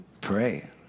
pray